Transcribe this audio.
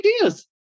ideas